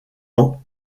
ans